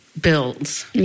builds